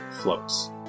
floats